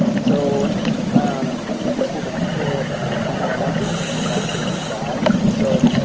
so let me just give a couple of final announcements and then we'll all say goodbye. so